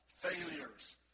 failures